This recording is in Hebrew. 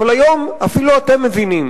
אבל היום אפילו אתם מבינים